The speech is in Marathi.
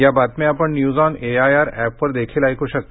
या बातम्या आपण न्यूज ऑन एआयआर ऍपवर देखील ऐकू शकता